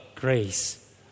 Grace